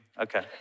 Okay